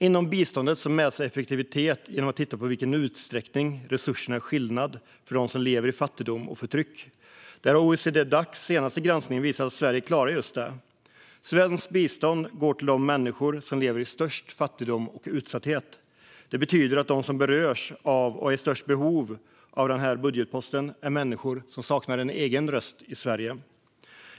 Inom biståndet mäts effektivitet genom att titta på i vilken utsträckning resurserna gör skillnad för dem som lever i fattigdom och förtryck. Där har OECD-Dacs senaste granskning visat att Sverige klarar just det. Svenskt bistånd går till de människor som lever i störst fattigdom och utsatthet. Det betyder att de som berörs av och är i störst behov av den här budgetposten är människor som saknar en egen röst i Sverige.